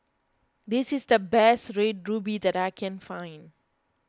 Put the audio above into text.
this is the best Red Ruby that I can find